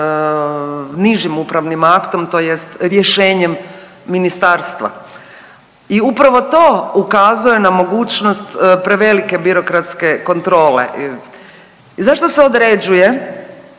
nižim upravnim aktom tj. rješenjem ministarstva i upravo to ukazuje na mogućnost prevelike birokratske kontrole. Zašto se određuje